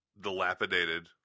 dilapidated